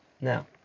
Now